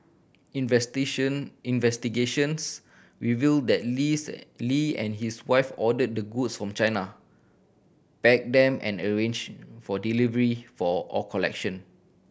investigation investigations revealed that Lees Lee and his wife ordered the goods from China packed them and arranged for delivery for all collection